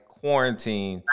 quarantine